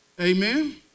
amen